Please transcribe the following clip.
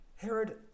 Herod